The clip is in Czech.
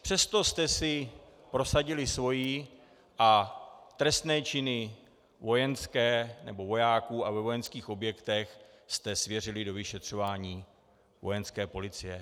Přesto jste si prosadili své a trestné činy vojenské, nebo vojáků a ve vojenských objektech, jste svěřili do vyšetřování Vojenské policie.